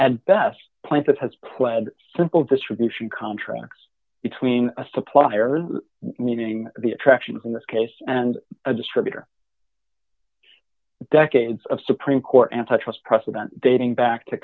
at best place that has pled simple distribution contracts between a supplier meaning the attractions in this case and a distributor decades of supreme court antitrust president dating back to